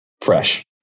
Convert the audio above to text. fresh